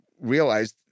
realized